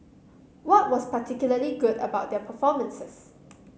what was particularly good about their performances